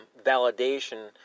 validation